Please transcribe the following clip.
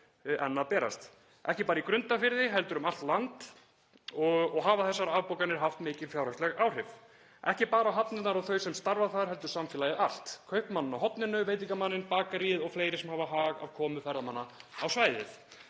enn að berast, ekki bara í Grundarfirði heldur um allt land. Þessar afbókanir hafa haft mikil fjárhagsleg áhrif, ekki bara á hafnirnar og þau sem starfa þar heldur samfélagið allt; kaupmanninn á horninu, veitingamanninn, bakaríið og fleiri sem hafa hag af komu ferðamanna á svæðið.